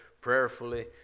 prayerfully